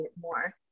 more